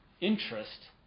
interest